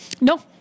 No